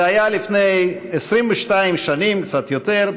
זה היה לפני 22 שנים, קצת יותר,